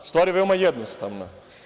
Stvar je veoma jednostavna.